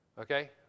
okay